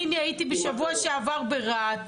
אני הייתי בשבוע שעבר ברהט,